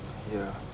ya